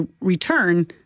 return